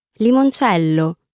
Limoncello